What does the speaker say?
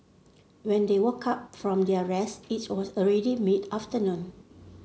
when they woke up from their rest it was already mid afternoon